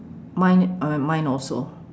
mine uh mine also